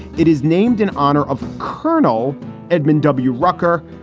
it is named in honor of colonel edmund w. rucker,